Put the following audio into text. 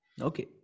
Okay